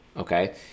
Okay